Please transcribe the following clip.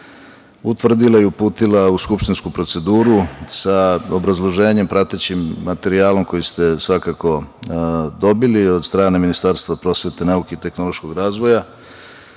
utvrdila i uputila u skupštinsku proceduru sa obrazloženjem, pratećim materijalom koji ste dobili od strane Ministarstva prosvete, nauke i tehnološkog razvoja